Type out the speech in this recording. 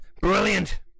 Brilliant